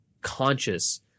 conscious